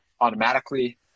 automatically